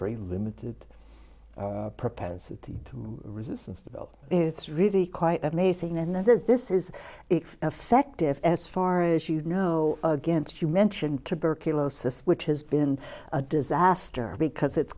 very limited propensity resistance to build it's really quite amazing and that this is if effective as far as you know against you mentioned tuberculosis which has been a disaster because it's